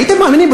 הייתם מאמינים?